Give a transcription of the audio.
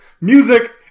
music